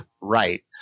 right